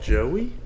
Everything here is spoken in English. Joey